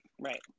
right